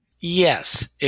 Yes